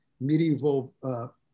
medieval